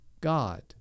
God